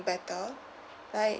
better like